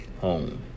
home